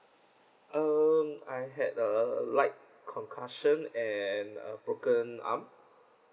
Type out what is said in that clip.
um I had a light concussion and uh broken arm